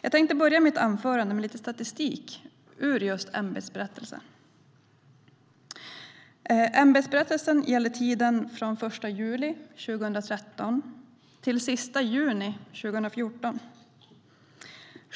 Jag tänkte börja mitt anförande med lite statistik ur ämbetsberättelsen. Ämbetsberättelsen gäller tiden från den 1 juli 2013 till den 30 juni 2014.